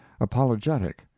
apologetic